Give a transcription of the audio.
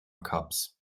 cups